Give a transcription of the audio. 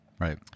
Right